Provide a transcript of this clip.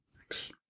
Thanks